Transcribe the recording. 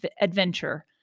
adventure